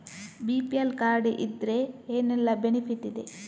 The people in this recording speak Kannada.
ಬಿ.ಪಿ.ಎಲ್ ಕಾರ್ಡ್ ಇದ್ರೆ ಏನೆಲ್ಲ ಬೆನಿಫಿಟ್ ಇದೆ?